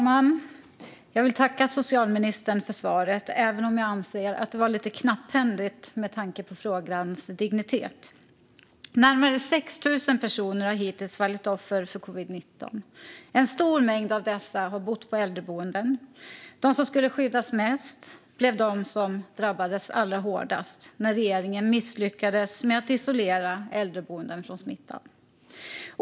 Fru talman! Jag vill tacka socialministern för svaret, även om det med tanke på frågans dignitet var lite knapphändigt. Närmare 6 000 personer har hittills fallit offer för covid-19. En stor mängd av dessa har bott på äldreboenden. De som skulle skyddas mest blev de som drabbades allra hårdast när regeringen misslyckades med att isolera äldreboenden från smittan.